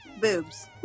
boobs